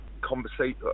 conversation